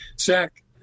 Zach